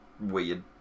weird